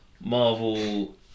Marvel